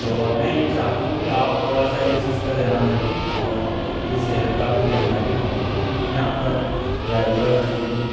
تو اب میں یہ چاہتا ہوں کہ آپ تھوڑا سا اس چیز کا دھیان رکھیں اور یہ صحت کا بھی دھیان رکھیں اوروں کا کیوںکہ میں آپ کا ریگولر کانٹینیو